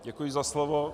Děkuji za slovo.